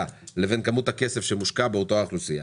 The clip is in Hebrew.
לבין כמות הכסף שמושקע באותה אוכלוסייה.